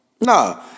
No